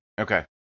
Okay